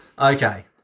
Okay